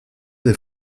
des